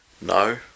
No